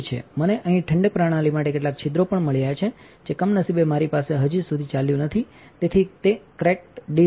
મને અહીં ઠંડક પ્રણાલી માટે કેટલાક છિદ્રો પણ મળ્યાં છે જે કમનસીબે મારીપાસે હજી સુધીચાલ્યું નથીતેથી તે ક્રેકડ ડિસ્ક છે